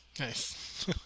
nice